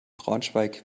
braunschweig